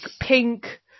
pink